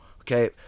Okay